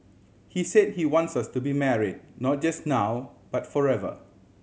he said he wants us to be married not just now but forever